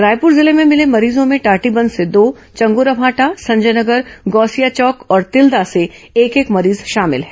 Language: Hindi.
रायपुर जिले में मिले मरीजों में टाटीबंध से दो चंगोरामाटा संजय नगर गौसिया चौक और तिल्दा से एक एक मरीज शामिल हैं